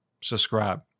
subscribe